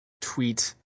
tweet